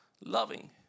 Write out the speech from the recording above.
loving